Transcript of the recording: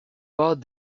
pas